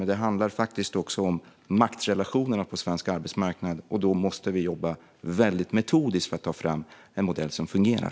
Men det handlar faktiskt också om maktrelationerna på svensk arbetsmarknad. Och då måste vi jobba väldigt metodiskt för att ta fram en modell som fungerar.